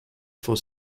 for